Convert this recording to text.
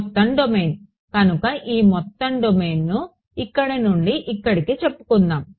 మొత్తం డొమైన్ కనుక ఈ మొత్తం డొమైన్ను ఇక్కడ నుండి ఇక్కడకు చెప్పుకుందాం